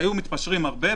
שהיו מתפשרים הרבה,